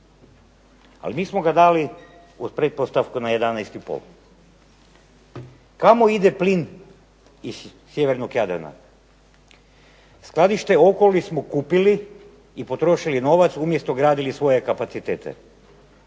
ali mi smo ga dali uz pretpostavku od 11,5. Kamo ide pline iz sjevernog Jadrana. Skladište Okoli smo kupili i potrošili novac umjesto gradili svoje kapacitete